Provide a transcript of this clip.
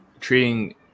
treating